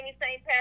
St